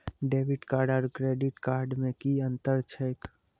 Debit card आरू credit card मे कि अन्तर छैक?